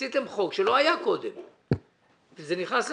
חוקקתם חוק שלא היה קודם וזה נכנס למסלול.